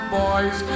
boys